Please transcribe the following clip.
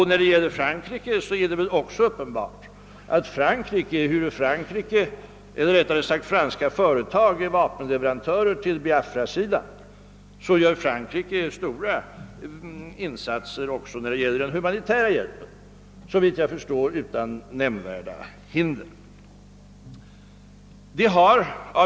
När det gäller Frankrike är det uppenbart att denna stat, även om franska företag är vapenleverantörer till Biafrasidan, gör stora insatser inom den humanitära hjälpen, såvitt jag förstår utan att möta nämnvärda hinder.